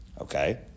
Okay